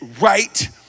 right